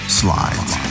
slides